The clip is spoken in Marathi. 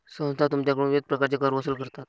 संस्था तुमच्याकडून विविध प्रकारचे कर वसूल करतात